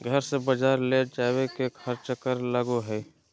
घर से बजार ले जावे के खर्चा कर लगो है?